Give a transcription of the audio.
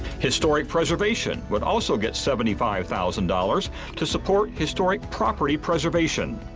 historic preservation would also get seventy five thousand dollars to support historic property preservation.